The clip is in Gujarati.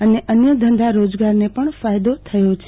અને અન્ય ધંધા રોજગારને પણ ફાયદો થયો છે